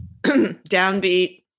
downbeat